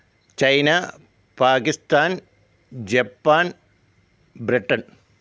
China Pakistan Japan Britain